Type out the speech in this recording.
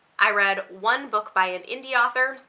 i read one book by an indie author,